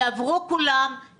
יעברו כולם,